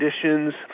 conditions